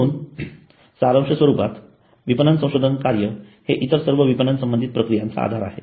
म्हणून सारांश स्वरूपात विपणन संशोधन कार्य हे इतर सर्व विपणन संबंधित प्रक्रियांचा आधार आहे